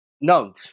no